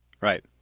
Right